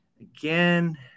again